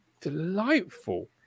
delightful